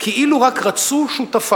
כי אילו רק רצו שותפיו,